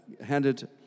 handed